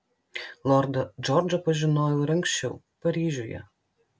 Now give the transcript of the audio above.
lordą džordžą pažinojau ir anksčiau paryžiuje